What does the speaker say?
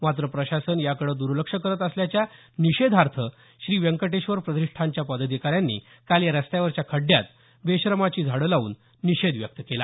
मात्र प्रशासन याकडे दुर्लक्ष करत असल्याच्या निषेधार्थ श्री व्यंकटेश्वर प्रतिष्ठानच्या पदाधिकाऱ्यांनी काल या रस्त्यावरच्या खड्ड्यात बेशरमाची झाडं लावून निषेध व्यक्त केला